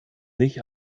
nicht